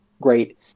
great